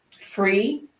free